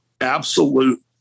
absolute